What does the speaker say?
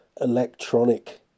electronic